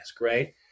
right